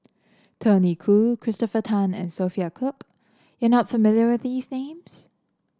Tony Khoo Christopher Tan and Sophia Cooke you are not familiar with these names